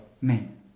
men